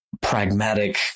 pragmatic